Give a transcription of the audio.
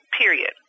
period